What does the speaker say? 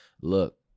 Look